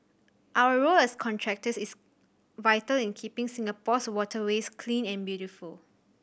our role as contractors is vital in keeping Singapore's waterways clean and beautiful